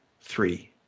three